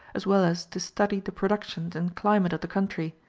as well as to study the productions and climate of the country.